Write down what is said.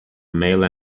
male